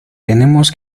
tenemos